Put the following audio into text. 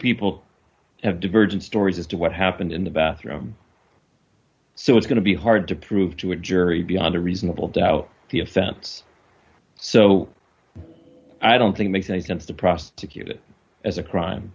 people have divergent stories as to what happened in the bathroom so it's going to be hard to prove to a jury beyond a reasonable doubt the offense so i don't think makes any sense to prosecute it as a crime